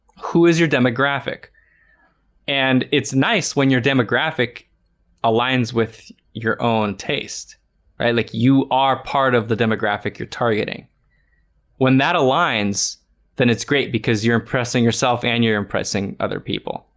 who is your demographic and? it's nice when your demographic aligns with your own tastes right like you are part of the demographic you're targeting when that aligns then it's great because you're impressing yourself and you're impressing other people